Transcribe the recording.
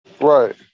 Right